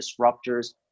disruptors